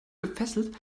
gefesselt